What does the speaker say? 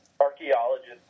archaeologist